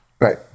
Right